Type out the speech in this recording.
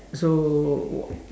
so